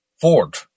Ford